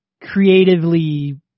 creatively